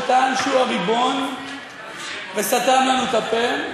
וטען שהוא הריבון וסתם לנו את הפה,